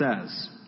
says